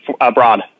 abroad